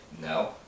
No